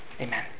Amen